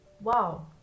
wow